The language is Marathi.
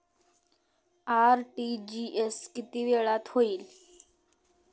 आर.टी.जी.एस किती वेळात होईल?